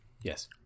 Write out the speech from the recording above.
Yes